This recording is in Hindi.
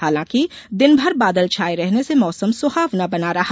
हांलांकि दिन भर बादल छाए रहने से मौसम सुहावना बना रहा